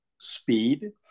speed